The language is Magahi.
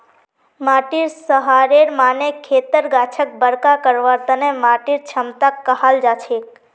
माटीर सहारेर माने खेतर गाछक बरका करवार तने माटीर क्षमताक कहाल जाछेक